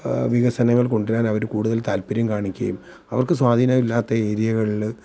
വികസനങ്ങൾ കൊണ്ടുവരാൻ അവർ കൂടുതൽ താൽപ്പര്യം കാണിക്കുകയും അവർക്ക് സ്വാധീനമില്ലാത്ത ഏരിയകളിൽ